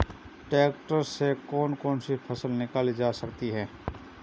Tractor से कौन कौनसी फसल निकाली जा सकती हैं?